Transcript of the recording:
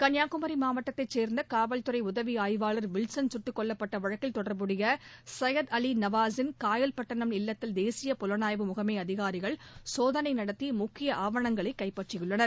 கள்ளியாகுமரி மாவட்டத்தைச் சேர்ந்த சுட்டுக்கொல்லப்பட்ட வழக்கில் தொடர்புடைய சையது அலி நவாஸின் காயல்பட்டணம் இல்லத்தில் தேசியப் புலனாய்வு முகமை அதிகாரிகள் சோதனை நடத்தி முக்கிய ஆவணங்களை கைப்பற்றியுள்ளனர்